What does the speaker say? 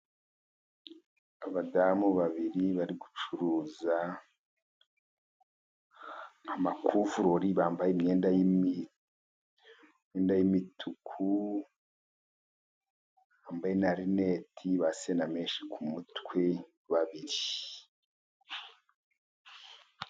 Abadamu babiri bari gucuruza amakuvurori. Bambaye imyenda y'imituku, bambaye na rinete bashyize menshi ku mutwe babiri.